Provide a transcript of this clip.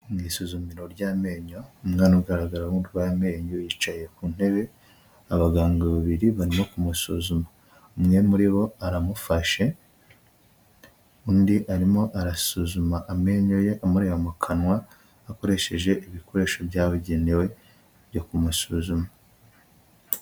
Mu isuzumiro ry'amenyo, umwana ugaragara nk'urwaye amenyo, yicaye ku ntebe, abaganga babiri barimo kumusuzuma, umwe muri bo aramufashe undi arimo arasuzuma amenyo ye, amureba mu kanwa akoresheje ibikoresho byabugenewe byo kumusuzuma.